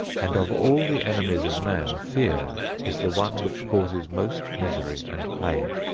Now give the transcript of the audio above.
and of all the enemies of man, fear is the one which causes most misery and pain.